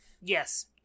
Yes